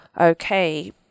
okay